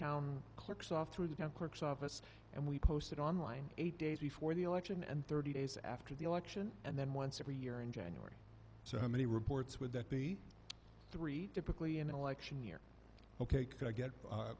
town clerk saw through the courts office and we posted online eight days before the election and thirty days after the election and then once every year in january so how many reports would that be three typically in an election year ok can i get a